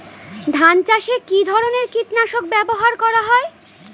ধান চাষে কী ধরনের কীট নাশক ব্যাবহার করা হয়?